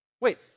Wait